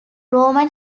roman